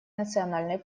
национальной